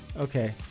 Okay